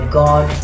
god